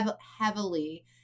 heavily